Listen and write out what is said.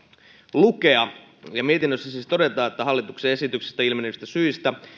lukea mietinnössä siis todetaan hallituksen esityksestä ilmenevistä syistä